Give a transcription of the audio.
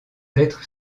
être